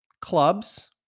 clubs